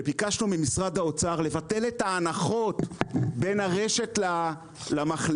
כשביקשנו ממשרד האוצר לבטל את ההנחות בין הרשת למחלבה,